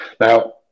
now